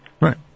Right